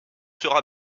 sera